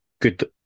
good